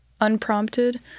unprompted